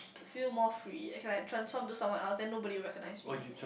feel more free I can like transform into someone else then nobody will recognise me